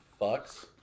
fucks